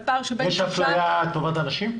על פער של בין --- יש אפליה לטובת הנשים?